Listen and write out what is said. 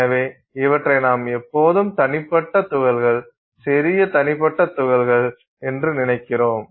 எனவே இவற்றை நாம் எப்போதும் தனிப்பட்ட துகள்கள் சிறிய தனிப்பட்ட துகள்கள் என்று நினைக்கிறோம்